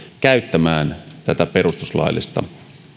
käyttämään tätä perustuslaillista